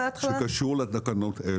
שקשור לתקנות אלה.